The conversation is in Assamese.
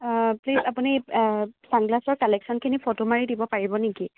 প্লিছ আপুনি ছানগ্লাছৰ কালেকশ্যনখিনি ফটো মাৰি দিব পাৰিব নেকি